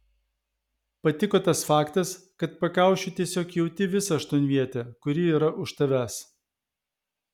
patiko tas faktas kad pakaušiu tiesiog jauti visą aštuonvietę kuri yra už tavęs